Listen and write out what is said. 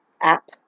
app